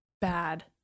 bad